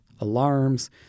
alarms